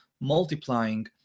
multiplying